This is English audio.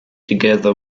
together